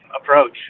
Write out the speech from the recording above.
approach